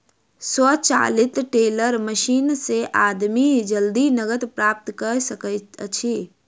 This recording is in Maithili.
स्वचालित टेलर मशीन से आदमी जल्दी नकद प्राप्त कय सकैत अछि